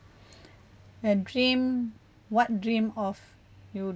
and dream what dream of you